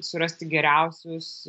surasti geriausius